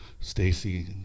Stacy